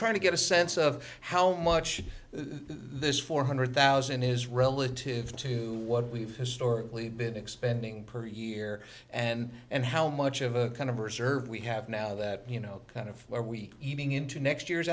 trying to get a sense of how much this four hundred thousand is relative to what we've historically been expanding per year and and how much of a kind of reserve we have now that you know kind of where we eating into next year's